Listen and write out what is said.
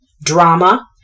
drama